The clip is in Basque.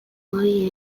gai